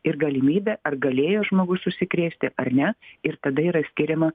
ir galimybė ar galėjo žmogus užsikrėsti ar ne ir tada yra skiriama